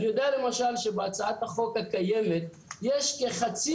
אני יודע למשל שבהצעת החוק הקיימת יש כחצי